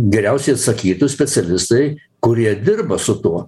geriausiai atsakytų specialistai kurie dirba su tuo